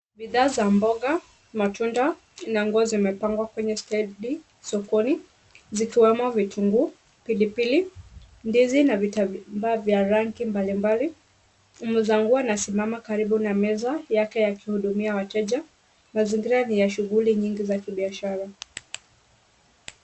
Bidhaa za mboga, matunda na nguo zimepangwa kwa stendi sokoni. Zikiwemo vitunguu, pilipili , ndizi, na vitambaa vya rangi mbalimbali. Muuza nguo amesimama karibu na meza yake akihudumia wateja, mazingira ni ya shughuli nyingi za kibiashara.